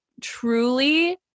truly